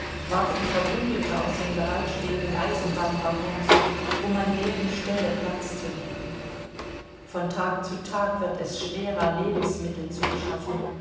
warfen verwundete aus den bereitstehenden eisenbahnwaggons um an deren stelle platz zu nehmen von tag zu tag wird es schwerer lebensmittel zu beschaffen